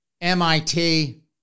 MIT